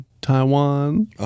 Taiwan